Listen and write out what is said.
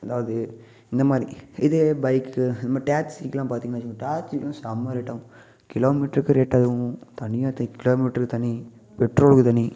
அதாவது இந்தமாதிரி இதே பைக்கு இந்தமாதிரி டேக்ஸிக்கெலாம் பார்த்தீங்கன்னு வச்சுக்கோங்க டேக்ஸிக்கெலாம் இன்னும் செமை ரேட்டாகும் கிலோமீட்டருக்கு ரேட்டாகும் தனியாக தெ கிலோமீட்டருக்கு தனி பெட்ரோலுக்கு தனி